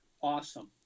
Awesome